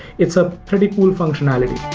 it's a pretty cool functionality.